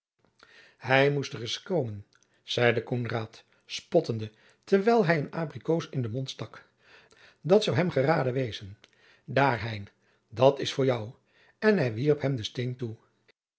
hij moest ereis komen zeide koenraad spottende terwijl hij een abrikoos in den mond stak dat zou hem geraden wezen daar hein dat s voor jou en hij wierp hem den steen toe